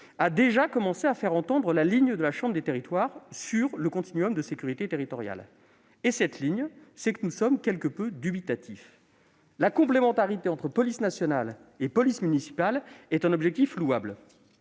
a déjà commencé à faire entendre la ligne de la chambre des territoires sur ce continuum de sécurité. Cette ligne, c'est que nous sommes quelque peu dubitatifs ... La complémentarité entre police nationale et police municipale est un objectif louable,